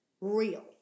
real